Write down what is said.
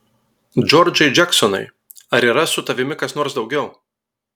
džordžai džeksonai ar yra su tavimi kas nors daugiau